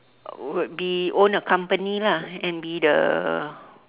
would be own a company lah and be the